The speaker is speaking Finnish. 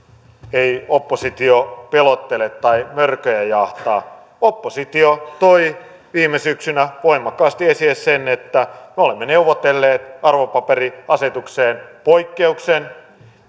ei oppositio pelottele tai mörköjä jahtaa oppositio toi viime syksynä voimakkaasti esille sen että me olemme neuvotelleet arvopaperiasetukseen poikkeuksen